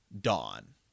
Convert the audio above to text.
dawn